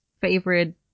favorite